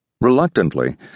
Reluctantly